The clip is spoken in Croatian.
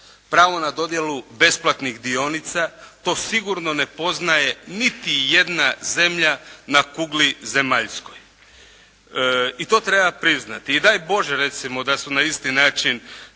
Pravo na dodjelu besplatnih dionica, to sigurno ne poznaje niti jedna zemlja na kugli zemaljskoj. I to treba priznati i daj Bože recimo da su na isti način